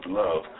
love